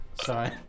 Sorry